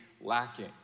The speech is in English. lacking